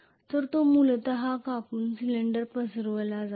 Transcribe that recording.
तर तो मूलत कापून सिलिंडर पसरविला जातो